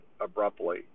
abruptly